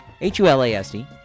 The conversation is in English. h-u-l-a-s-d